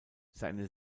seine